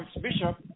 Bishop